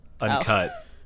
uncut